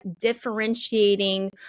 differentiating